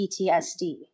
PTSD